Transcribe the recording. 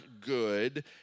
good